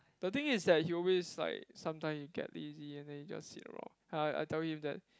the thing is that he always like sometime he get lazy and he just sit around I I tell him that